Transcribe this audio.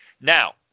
Now